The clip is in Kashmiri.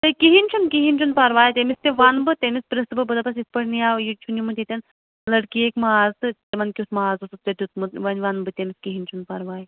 تہٕ کِہیٖںۍ چھُنہٕ کِہیٖنۍ چھُنہٕ پَرواے تٔمِس تہِ وَنہٕ بہٕ تٔمِس پرٛژھہٕ بہٕ بہٕ دَپس یِتھ پٲٹھۍ نِیاو ییٚتہِ چھُ نِمُت یتٮ۪ن لڑکی اَکہِ ماز تہٕ تِمن کیُتھ ماز اوسُتھ ژےٚ دیُوتمُت وۄنۍ وَنہٕ بہٕ تٔمِس کِہیٖںی چھُنہٕ پَرواے